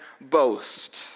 boast